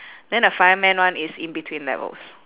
then the fireman one is in between levels